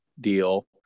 deal